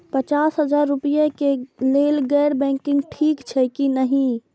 पचास हजार रुपए के लेल गैर बैंकिंग ठिक छै कि नहिं?